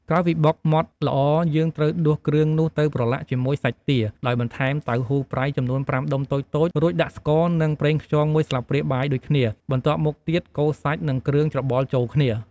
ក្រោយពីបុកម៉ដ្ឋល្អ យើងត្រូវដួសគ្រឿងនោះទៅប្រឡាក់ជាមួយសាច់ទា ដោយបន្ថែមតៅហ៊ូប្រៃចំនួន ៥ដុំតូចៗ រួចដាក់ស្ករ និង ប្រេងខ្យង ១ស្លាបព្រាបាយដូចគ្នា បន្ទាប់មកទៀត កូរសាច់ និងគ្រឿងច្របល់ចូលគ្នា។